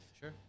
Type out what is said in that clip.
Sure